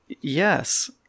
yes